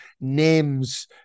names